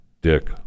Dick